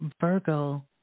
Virgo